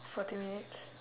forty minutes